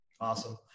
Awesome